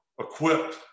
equipped